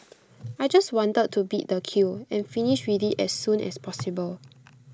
I just wanted to beat the queue and finish with IT as soon as possible